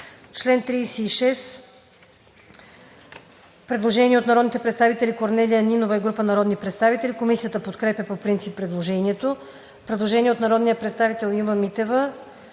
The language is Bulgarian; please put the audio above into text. чл. 36 има предложение на народния представител Корнелия Нинова и група народни представители. Комисията подкрепя по принцип предложението. Предложение на народния представител Ива Митева.